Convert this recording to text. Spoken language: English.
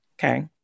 Okay